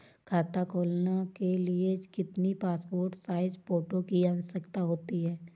खाता खोलना के लिए कितनी पासपोर्ट साइज फोटो की आवश्यकता होती है?